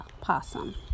possum